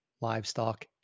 livestock